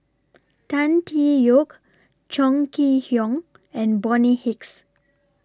Tan Tee Yoke Chong Kee Hiong and Bonny Hicks